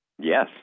Yes